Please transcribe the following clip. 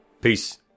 Peace